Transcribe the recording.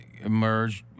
emerged